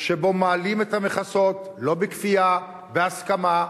שבו מעלים את המכסות, לא בכפייה, בהסכמה,